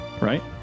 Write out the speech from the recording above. right